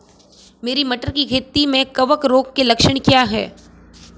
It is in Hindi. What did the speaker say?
मेरी मटर की खेती में कवक रोग के लक्षण क्या हैं?